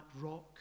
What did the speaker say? rock